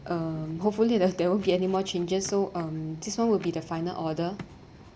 um hopefully there there won't be any more changes so um this one will be the final order